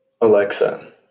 Alexa